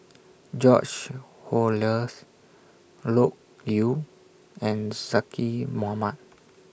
George Oehlers Loke Yew and Zaqy Mohamad